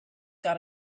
got